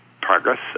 progress